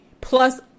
plus